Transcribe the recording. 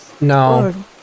No